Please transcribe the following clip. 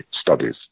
studies